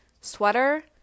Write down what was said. sweater